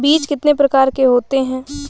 बीज कितने प्रकार के होते हैं?